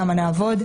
כמה נעבוד,